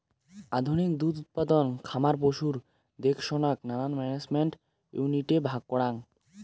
আধুনিক দুধ উৎপাদন খামার পশুর দেখসনাক নানান ম্যানেজমেন্ট ইউনিটে ভাগ করাং